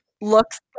Looks